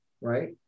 right